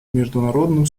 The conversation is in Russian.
международным